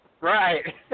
Right